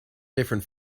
different